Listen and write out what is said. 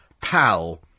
pal